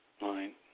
line